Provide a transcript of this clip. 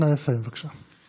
נא לסיים, בבקשה.